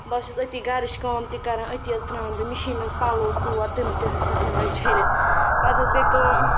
بہٕ حظ چھَس أتی گَرٕچ کٲم تہِ کَران أتی حظ ترٛاوان بہٕ مِشیٖنہِ منٛز پَلو ژور تِم تہِ حظ چھَس نِوان چھٔلِتھ پَتہٕ حظ گٔیٚے کٲم